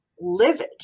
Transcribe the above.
livid